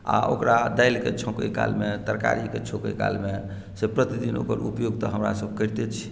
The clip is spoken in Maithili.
आ ओकरा दालिके छौकै कालमे तरकारी छौंकेके कालमे से प्रतिदिन ओकर प्रयोग तऽ हमसभ करिते छी